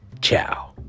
Ciao